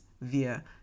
via